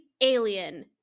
alien